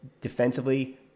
defensively